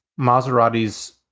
Maserati's